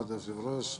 אדוני היושב-ראש,